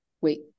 wait